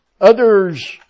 Others